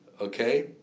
okay